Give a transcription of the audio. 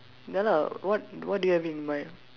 ya lah what what do you have in mind